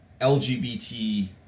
LGBT